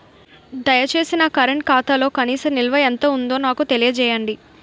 దయచేసి నా కరెంట్ ఖాతాలో కనీస నిల్వ ఎంత ఉందో నాకు తెలియజేయండి